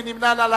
מי נמנע?